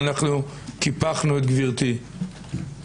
קיפחנו את גברתי,